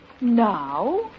Now